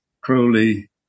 Crowley